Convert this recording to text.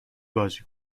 بازی